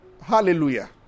Hallelujah